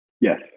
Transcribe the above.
Yes